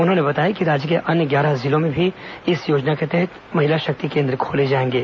उन्होंने बताया कि राज्य के अन्य ग्यारह जिलों में भी इस योजना के तहत महिला शक्ति केंद्र खोले जाएंगे